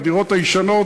הדירות הישנות,